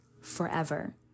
forever